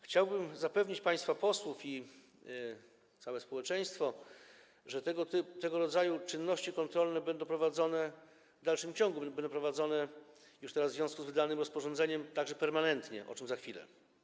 Chciałbym zapewnić państwa posłów i całe społeczeństwo, że tego rodzaju czynności kontrolne będą prowadzone w dalszym ciągu, będą prowadzone już teraz, w związku z wydanym rozporządzeniem - także permanentnie, o czym powiem za chwilę.